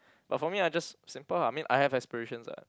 but for me I just simple ah I mean I have aspirations ah